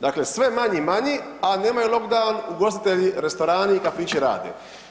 Dakle sve manji i manji, a nemaju lockdown, ugostitelji, restorani i kafići rade.